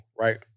Right